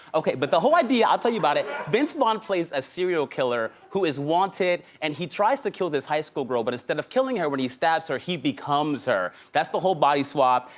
okay, but the whole idea, i'll tell you about it. vince vaughn plays a serial killer who is wanted, and he tries to kill this high school girl. but instead of killing her when he stabs her, he becomes her, that's the whole body swap.